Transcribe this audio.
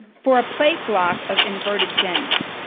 for a plate block of inverted jennys.